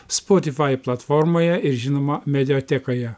spotify platformoje ir žinoma mediatekoje